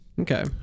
Okay